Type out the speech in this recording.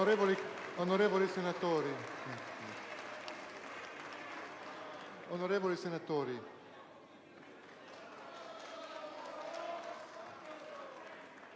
Onorevoli senatori,